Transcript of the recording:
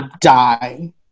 die